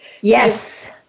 Yes